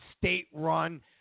state-run